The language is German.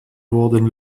wurden